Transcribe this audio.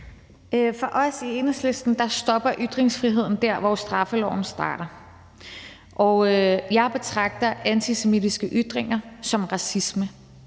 For os i Enhedslisten stopper ytringsfriheden der, hvor straffeloven starter. Jeg betragter antisemitiske ytringer som racisme.